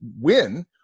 win